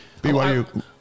BYU